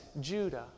Judah